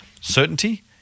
certainty